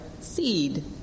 seed